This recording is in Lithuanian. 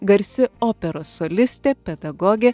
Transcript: garsi operos solistė pedagogė